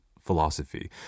philosophy